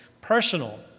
personal